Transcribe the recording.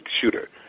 shooter